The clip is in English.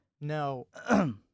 no